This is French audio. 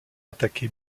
attaqué